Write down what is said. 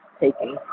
taking